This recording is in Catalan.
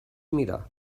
mirar